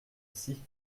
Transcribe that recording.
scie